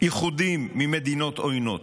איחודים עם מדינות עוינות,